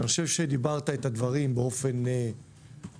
אני חושב שאמרת את הדברים באופן ברור.